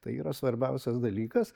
tai yra svarbiausias dalykas